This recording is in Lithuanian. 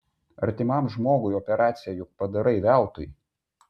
artimam žmogui operaciją juk padarai veltui